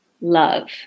love